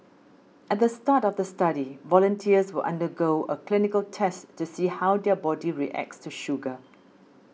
at the start of the study volunteers will undergo a clinical test to see how their body reacts to sugar